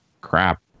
Crap